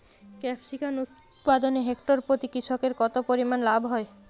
Capsicum উৎপাদনে hectare প্রতি কৃষকের কত পরিমান লাভ হয়?